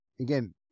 Again